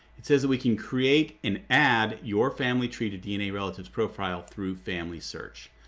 it says that we can create and add your family treated dna relatives profile through family search,